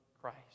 Christ